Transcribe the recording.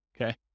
okay